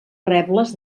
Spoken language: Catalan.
rebles